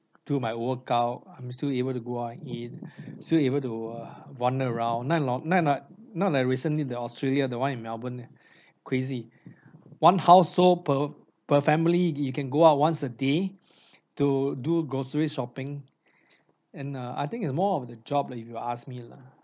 do my workout I'm still able to go out and eat still able to wander around not like not not not like recently the australia the one in melbourne crazy one household per per family you can go out once a day to do grocery shopping and uh I think it's more of the job lah if you ask me lah